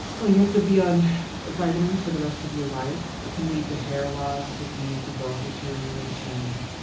well, you have to be on vitamins for the rest of your life. it can lead to hair loss. it can lead to bone deterioration.